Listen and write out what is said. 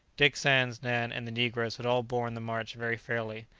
dick sands, nan, and the negroes had all borne the march very fairly.